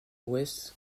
west